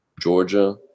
Georgia